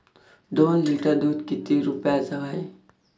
दोन लिटर दुध किती रुप्याचं हाये?